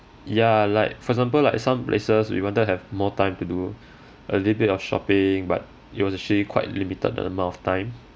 ya like for example like some places we wanted to have more time to do a little bit of shopping but it was actually quite limited the amount of time